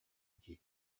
дии